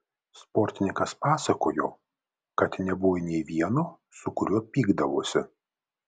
sportininkas pasakojo kad nebuvo nei vieno su kuriuo pykdavosi